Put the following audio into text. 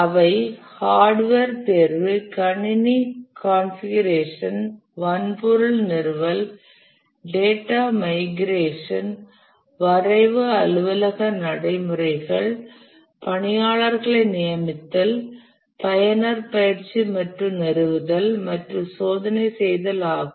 அவை ஹார்டுவேர் தேர்வு கணினி கான்பீகரேஷன் வன்பொருள் நிறுவல் டேட்டா மைகிரேஷன் வரைவு அலுவலக நடைமுறைகள் பணியாளர்களை நியமித்தல் பயனர் பயிற்சி மற்றும் நிறுவுதல் மற்றும் சோதனை செய்தல் ஆகும்